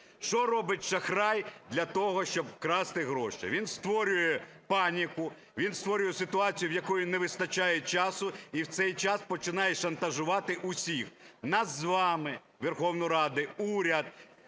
Що робиться шахрай для того, щоб вкрасти гроші? Він створює паніку, він створює ситуацію, в якої не вистачає часу, і в цей час починає шантажувати усіх – нас з вами, Верховну Раду, уряд,